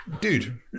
dude